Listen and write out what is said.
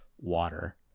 water